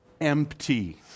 empty